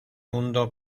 mundo